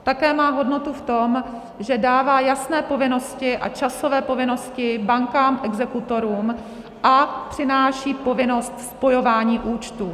Také má hodnotu v tom, že dává jasné povinnosti a časové povinnosti bankám, exekutorům a přináší povinnost spojování účtů.